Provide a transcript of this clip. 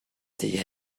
sich